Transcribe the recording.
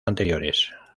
anteriores